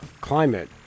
climate